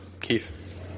Keith